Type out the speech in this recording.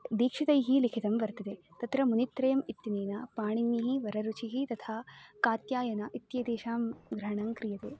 दीक्षितैः लिखितं वर्तते तत्र मुनित्रयम् इत्यनेन पाणिनिः वररुचिः तथा कात्यायनः इत्येतेषां ग्रहणं क्रियते